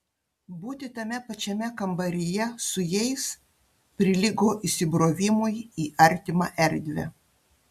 būti tame pačiame kambaryje su jais prilygo įsibrovimui į artimą erdvę